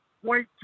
white